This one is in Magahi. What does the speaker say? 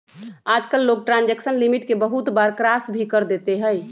आजकल लोग ट्रांजेक्शन लिमिट के बहुत बार क्रास भी कर देते हई